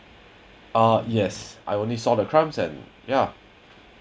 ah yes I only saw the crumbs and ya